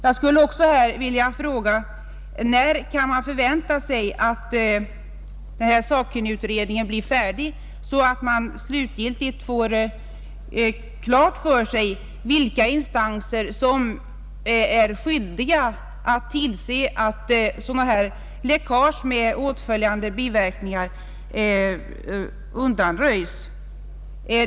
att förebygga att sjunkna fartyg vållar oljeskador att förebygga att sjunkna fartyg vållar oljeskador redningen blir färdig så att man slutgiltigt får klarlagt vilka instanser som är skyldiga att tillse att sådana här läckage med åtföljande biverkningar undviks?